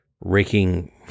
raking